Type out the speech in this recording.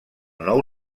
nou